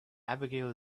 abigail